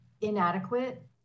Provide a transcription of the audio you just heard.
inadequate